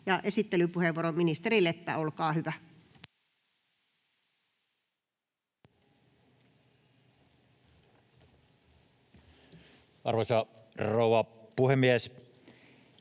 Esittelypuheenvuoro edustaja Leppä, olkaa hyvä. Arvoisa rouva puhemies!